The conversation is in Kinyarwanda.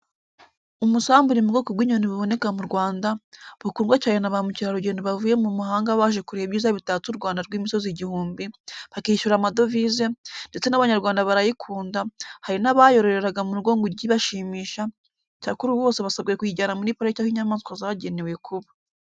Umusambi uri mu bwoko bw'inyoni buboneka mu Rwanda, bukundwa cyane na ba mukerarugendo bavuye mu mahanga baje kureba ibyiza bitatse u Rwanda rw'imisozi igihumbi, bakishyura amadovise, ndetse n'abanyarwanda barayikunda, hari n'abayororeraga mu rugo ngo ijye ibashimisha, cyakora ubu bose basabwe kuyijyana muri pariki aho inyamaswa zagenewe kuba.